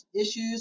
issues